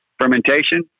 fermentation